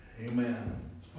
Amen